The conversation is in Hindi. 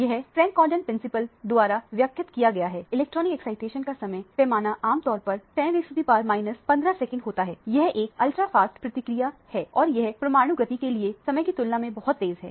यह फ्रैंक कोंडोन सिद्धांत द्वारा व्यक्त किया गया है इलेक्ट्रॉनिक एक्साइटेशन का समय पैमाना आमतौर पर 10 सेकंड होता है यह एक अल्ट्रा फास्ट प्रक्रिया है और यह परमाणु गति के लिए गए समय की तुलना में बहुत तेज है